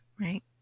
right